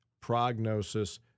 prognosis